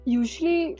usually